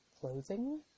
clothing